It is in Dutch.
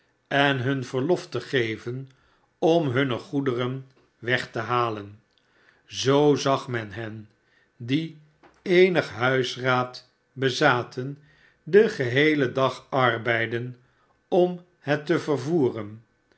en hun verlof te geven om hunne goederen weg te halen zoo zag men hen die eenig huisraad bezaten den geheelen dag arbeiden om het te vervoeren